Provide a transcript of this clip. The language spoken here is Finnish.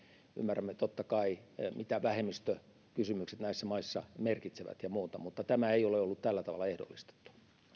ymmärrämme totta kai mitä vähemmistökysymykset näissä maissa merkitsevät ja muuta mutta tämä ei ole ollut tällä tavalla ehdollistettu